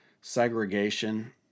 segregation